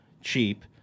cheap